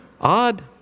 Odd